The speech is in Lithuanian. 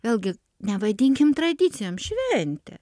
vėlgi nevadinkim tradicijom šventė